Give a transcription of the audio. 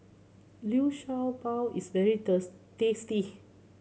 Liu Sha Bao is very tasty